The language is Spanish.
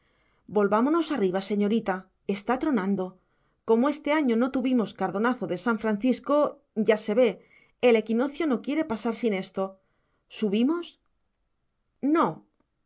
volvámonos arriba señorita está tronando como este año no tuvimos cordonazo de san francisco ya se ve el equinoccio no quiere pasar sin esto subimos